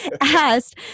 asked